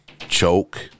choke